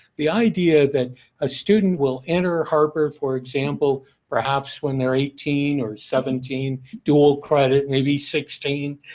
the idea that a student will enter harper for example perhaps when they're eighteen or seventeen dual credit maybe sixteen.